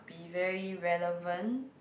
be very relevant